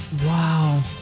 Wow